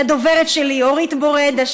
לדוברת שלי אורית בורדה,